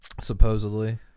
Supposedly